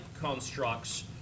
constructs